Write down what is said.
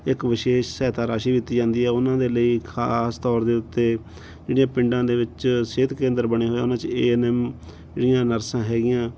ਇੱਕ ਵਿਸ਼ੇਸ਼ ਸਹਾਇਤਾ ਰਾਸ਼ੀ ਦਿੱਤੀ ਜਾਂਦੀ ਹੈ ਉਹਨਾਂ ਦੇ ਲਈ ਖਾਸ ਤੌਰ ਦੇ ਉੱਤੇ ਜਿਹੜੀਆਂ ਪਿੰਡਾਂ ਦੇ ਵਿੱਚ ਸਿਹਤ ਕੇਂਦਰ ਬਣੇ ਹੋਏ ਉਹਨਾਂ 'ਚ ਏ ਐਨ ਐਮ ਜਿਹੜੀਆਂ ਨਰਸਾਂ ਹੈਗੀਆਂ